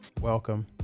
Welcome